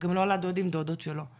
גם על הדודים והדודות שלו.